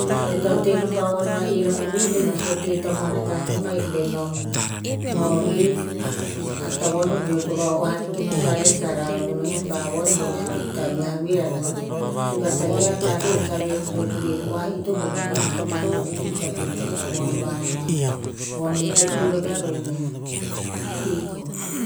E to tehnom pa von a era'u enom to teh tamuan akah nem ahik benom no vir. A tavon o beor va o- oah rer kenom pa res harah varu mani ba a von boneh to ikta viah vir anon. Suk a taia tateh kaveor pet bir oah ir to gon rer ama tah penom ito ikta pino en a von vamoan. Von nom to iuh raka inem, e i kor.